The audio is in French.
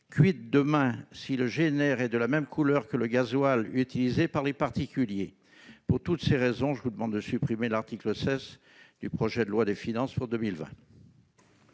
demain si le GNR est de la même couleur que le gazole utilisé par les particuliers ? Pour toutes ces raisons, je demande la suppression de l'article 16 du projet de loi de finances pour 2020.